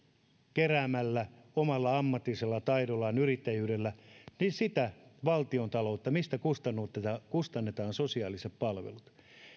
keräämällä omalla ammatillisella taidollaan yrittäjyydellään sitä valtiontaloutta mistä kustannetaan sosiaaliset palvelut